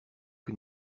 que